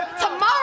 tomorrow